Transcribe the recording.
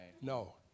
No